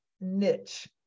niche